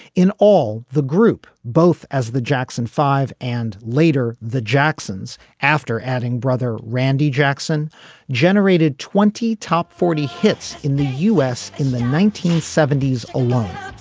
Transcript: in all the group both as the jackson five and later the jacksons after adding brother randy jackson generated twenty top forty hits in the u s. in the nineteen seventy s alone